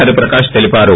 హరి ప్రకాష్ తెలిపారు